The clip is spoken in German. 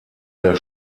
der